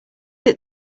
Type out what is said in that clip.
that